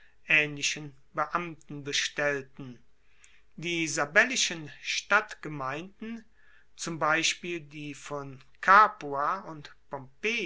aehnlichen beamten bestellten die sabellischen stadtgemeinden zum beispiel die von capua und